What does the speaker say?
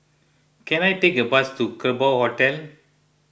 can I take a bus to Kerbau Hotel